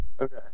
Okay